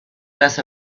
earth